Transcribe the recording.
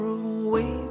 away